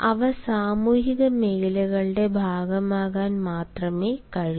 അവ സാമൂഹിക മേഖലകളുടെ ഭാഗമാകാൻ മാത്രമേ കഴിയൂ